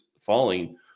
falling